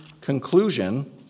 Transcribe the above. conclusion